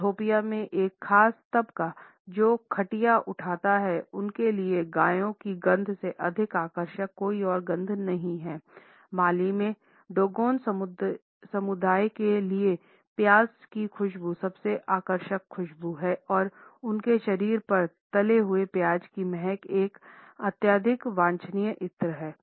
Ethiopia में एक खास तबका जो खटिया उठाता है उनके लिए गायों की गंध से अधिक आकर्षक कोई और गंध नहीं है माली की डोगोन समुदाय के लिए प्याज की खुशबू सबसे आकर्षक खुशबू है और उनके शरीर पर तले हुए प्याज की महक एक अत्यधिक वांछनीय इत्र है